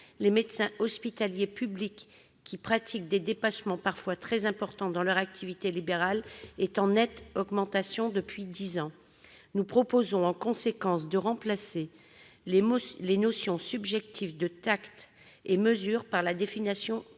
de médecins hospitaliers publics pratiquant des dépassements, parfois très importants, dans le cadre de leur activité libérale est en nette augmentation depuis dix ans. Nous proposons en conséquence de remplacer la notion subjective de « tact et mesure » par la fixation d'un